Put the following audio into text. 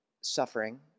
suffering